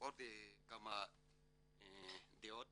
עוד כמה דעות